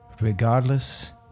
Regardless